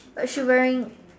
uh she wearing